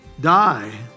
die